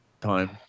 time